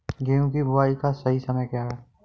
गेहूँ की बुआई का सही समय क्या है?